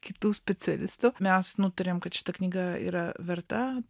kitų specialistų mes nutarėm kad šita knyga yra verta